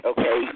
Okay